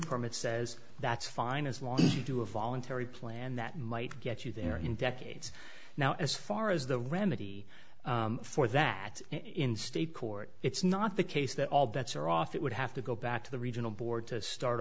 permit says that's fine as long you do a voluntary plan that might get you there in decades now as far as the remedy for that in state court it's not the case that all bets are off it would have to go back to the regional board to start